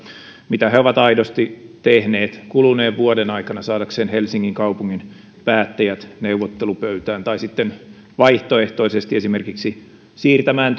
mitä he ovat aidosti tehneet kuluneen vuoden aikana saadakseen helsingin kaupungin päättäjät neuvottelupöytään tai sitten vaihtoehtoisesti esimerkiksi siirtämään